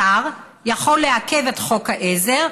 השר יכול לעכב את חוק העזר,